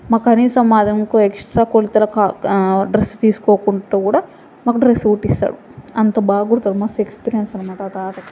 మాకు కనీసం మాది ఇంకో ఎక్స్ట్రా కొలతల డ్రెస్ తీసుకోకుండా కూడా మాకు డ్రెస్ కుట్టి ఇస్తాడు అంత బాగా కుడతాడు మస్త్ ఎక్స్పీరియన్స్ అన్నమాట తాతకి